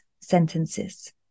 sentences